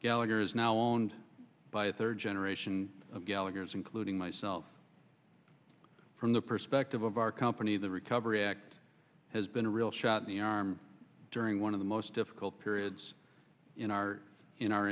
gallagher is now owned by a third generation of gallagher's including myself from the perspective of our company the recovery act has been a real shot the arm during one of the most difficult periods in our in our